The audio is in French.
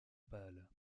pâles